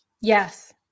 Yes